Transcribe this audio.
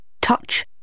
Touch